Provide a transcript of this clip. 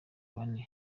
bane